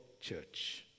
church